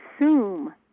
assume